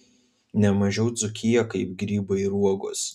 ne mažiau dzūkiją kaip grybai ir uogos